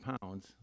pounds